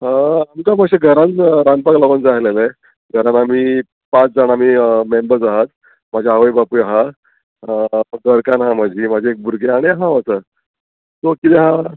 आमकां मातशें घरान रांदपाक लागोन जाय आल्हेले घरान आमी पांच जाण आमी मेंबर्स आहात म्हाजे आवय बापूय आहा घरकान आहा म्हजी म्हाजी एक भुरगे आनी हांव वच सो किदें आहा